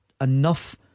enough